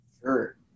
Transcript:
Sure